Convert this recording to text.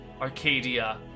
Arcadia